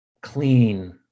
clean